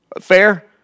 Fair